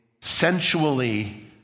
sensually